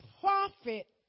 prophet